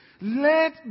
let